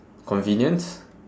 convenience